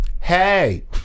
Hey